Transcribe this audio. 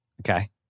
Okay